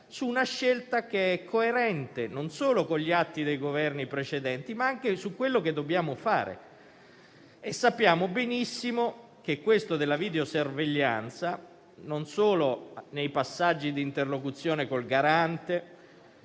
su una scelta che è coerente non solo con gli atti dei Governi precedenti, ma anche rispetto a quello che dobbiamo fare. Sappiamo benissimo che sul tema della videosorveglianza vi sono stati passaggi di interlocuzione con il Garante